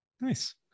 Nice